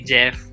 Jeff